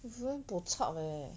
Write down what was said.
you very bo chap leh